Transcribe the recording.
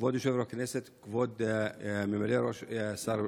כבוד יושב-ראש הכנסת, כבוד ממלא שר הבריאות,